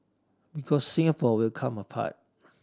because Singapore will come apart